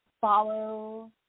follow